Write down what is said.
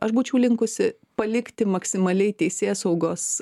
aš būčiau linkusi palikti maksimaliai teisėsaugos